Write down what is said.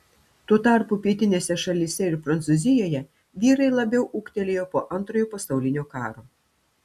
tuo tarpu pietinėse šalyse ir prancūzijoje vyrai labiau ūgtelėjo po antrojo pasaulinio karo